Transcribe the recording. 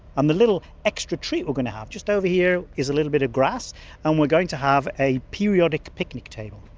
and the little extra treat we're going to have, just over here, is a little bit of grass and we're going to have a periodic picnic table.